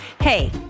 Hey